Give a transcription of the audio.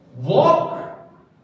walk